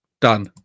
Done